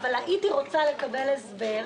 אבל הייתי רוצה לקבל הסבר,